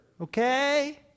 okay